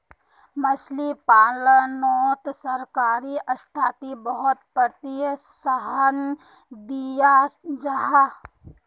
मछली पालानोत सरकारी स्त्रोत बहुत प्रोत्साहन दियाल जाहा